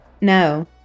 No